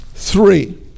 Three